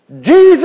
Jesus